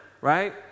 right